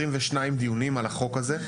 אני הייתי כאן ב-22 דיונים על החוק הזה,